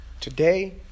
today